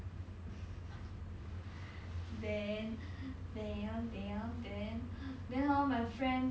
then 很 like mm 会高校这些 lah